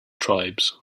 tribes